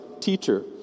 Teacher